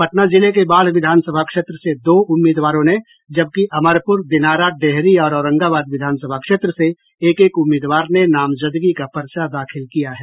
पटना जिले के बाढ़ विधानसभा क्षेत्र से दो उम्मीदवारों ने जबकि अमरपुर दिनारा डेहरी और औरंगाबाद विधानसभा क्षेत्र से एक एक उम्मीदवार ने नामजदगी का पर्चा दाखिल किया है